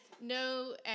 No